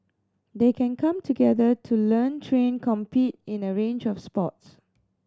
they can come together to learn train compete in a range of sports